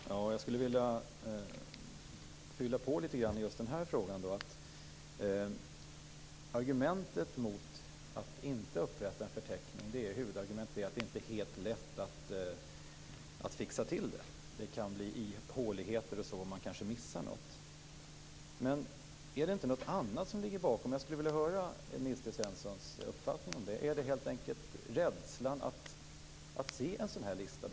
Fru talman! Jag skulle vilja fylla på litet grand här. Huvudargumentet mot att inte upprätta en förteckning är att det inte är helt lätt att fixa till det. Det kan bli ihåligheter i det, man kanske missar något. Men är det inte något annat som ligger bakom? Jag skulle vilja höra Nils T Svenssons uppfattning om det. Är det inte helt enkelt rädslan att se en sådan här lista?